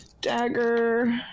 dagger